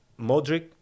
Modric